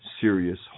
serious